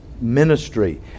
ministry